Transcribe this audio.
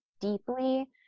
deeply